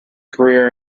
career